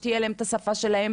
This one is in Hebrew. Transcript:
שתהיה להם את השפה שלהם,